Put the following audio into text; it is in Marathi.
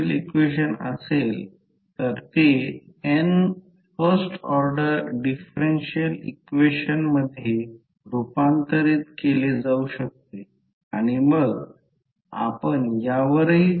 तर त्या बाबतीत जर या कॉइलमध्ये पाहिले तर करंट डॉटमध्ये प्रवेश करत आहे हा करंट i1 आहे तर हा करंट i1 अशाप्रकारे हलत आहे